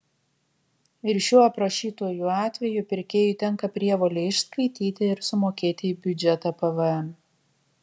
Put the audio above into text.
ir šiuo aprašytuoju atveju pirkėjui tenka prievolė išskaityti ir sumokėti į biudžetą pvm